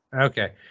Okay